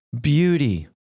beauty